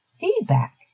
feedback